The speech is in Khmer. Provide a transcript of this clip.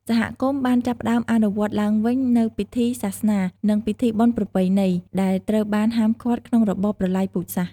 សហគមន៍បានចាប់ផ្តើមអនុវត្តឡើងវិញនូវពិធីសាសនា និងពិធីបុណ្យប្រពៃណី ដែលត្រូវបានហាមឃាត់ក្នុងរបបប្រល័យពូជសាសន៍។